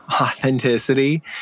authenticity